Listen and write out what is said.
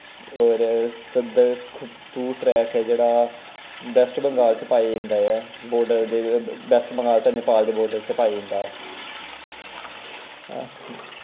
और सदखू ट्रैक ऐ जेह्ड़ा वैस्ट बंगाल च पाया जंदा ऐ वैस्ट बंगाल ते नेपाल दे बोर्डर च पाया जंदा ऐ हां